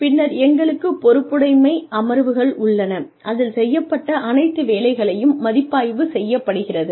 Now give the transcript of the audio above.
பின்னர் எங்களுக்குப் பொறுப்புடைமை அமர்வுகள் உள்ளன அதில் செய்யப்பட்ட அனைத்து வேலைகளையும் மதிப்பாய்வு செய்யப்படுகிறது